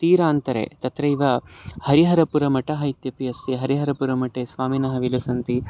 तीरान्तरे तत्रैव हरिहरपुरमठः इत्यपि अस्ति हरिहरपुरमठे स्वामिनः विलसन्ति